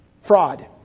Fraud